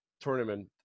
tournament